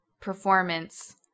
Performance